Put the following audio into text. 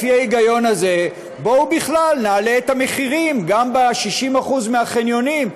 לפי ההיגיון הזה: בואו בכלל נעלה את המחירים גם ב-60% מהחניונים,